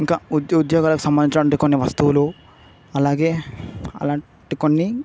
ఇంకా ఉద్యోగాలకు సంబంధించినటువంటి కొన్ని వస్తువులు అలాగే అలాంటి కొన్ని